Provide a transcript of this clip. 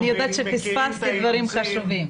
אבל אני יודעת שפספסתי דברים חשובים.